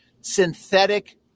synthetic